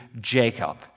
Jacob